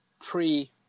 pre